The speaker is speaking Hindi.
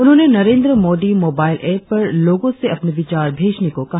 उन्होंने नरेंद्र मोदी मोबाइल ऐप पर लोगों से अपने विचार भेजने को कहा